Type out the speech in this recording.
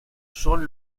son